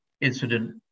incident